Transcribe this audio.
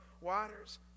waters